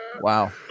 Wow